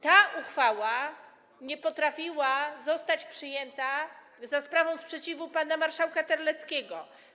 Ta uchwała nie mogła zostać przyjęta za sprawą sprzeciwu pana marszałka Terleckiego.